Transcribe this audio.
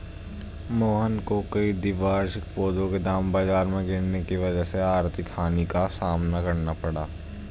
मोहन को कई द्विवार्षिक पौधों के दाम बाजार में गिरने की वजह से आर्थिक हानि का सामना करना पड़ा